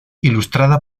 ilustrada